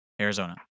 Arizona